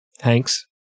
Hanks